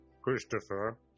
Christopher